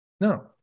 No